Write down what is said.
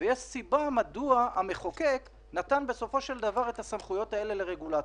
ויש סיבה מדוע המחוקק נתן בסופו של דבר את הסמכויות האלה לרגולטור,